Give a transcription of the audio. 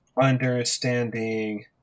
understanding